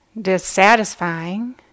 dissatisfying